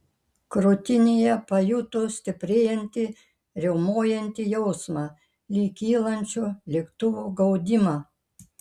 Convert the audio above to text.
krūtinėje pajuto stiprėjantį riaumojantį jausmą lyg kylančio lėktuvo gaudimą